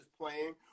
playing